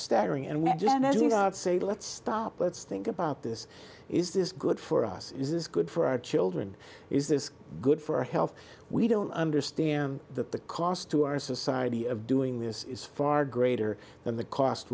staggering and we just as you say let's stop let's think about this is this good for us this is good for our children is this good for our health we don't understand the cost to our society of doing this is far greater than the cost